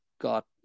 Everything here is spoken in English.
got